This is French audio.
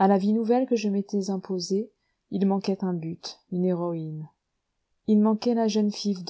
à la vie nouvelle que je m'étais imposée il manquait un but une héroïne il manquait la jeune fille